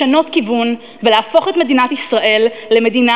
לשנות כיוון ולהפוך את מדינת ישראל למדינה